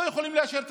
לא יכולים לאשר תקציב.